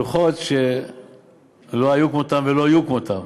לוחות שלא היו כמותם ולא יהיו כמותם.